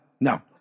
no